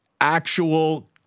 actual